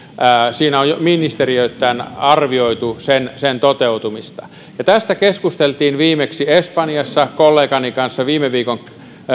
siinä on ministeriöittäin arvioitu sen sen toteutumista ja tästä keskustelimme viimeksi espanjassa kollegani kanssa viime viikon